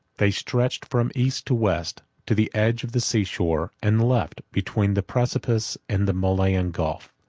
they stretched from east to west, to the edge of the sea-shore and left, between the precipice and the malian gulf,